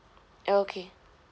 okay